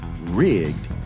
rigged